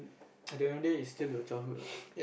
I don't know day is still your childhood what